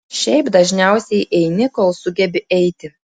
šiaip dažniausiai eini kol sugebi eiti